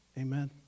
Amen